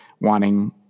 wanting